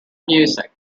music